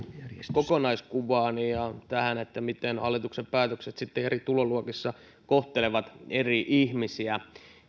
kokonaiskuvaan ja tähän miten hallituksen päätökset sitten eri tuloluokissa kohtelevat eri ihmisiä